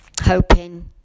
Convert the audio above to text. hoping